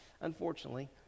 unfortunately